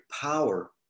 power